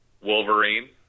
Wolverine